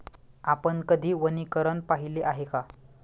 आपण कधी वनीकरण पाहिले आहे का?